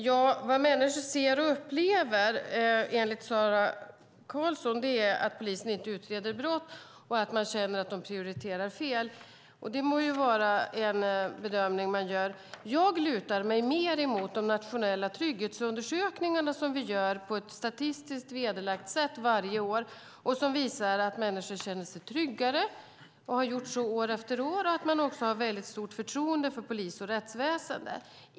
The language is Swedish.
Fru talman! Vad människor ser och upplever, enligt Sara Karlsson, är att polisen inte utreder brott och att polisen prioriterar fel. Det må vara en bedömning man kan göra. Jag lutar mig mer mot de nationella trygghetsundersökningarna som sker på ett statistiskt vederhäftigt sätt varje år. De visar att människor känner sig tryggare för varje år och att de har stort förtroende för polis och rättsväsen.